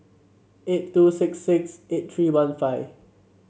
eight two six six eight three one five